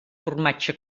formatge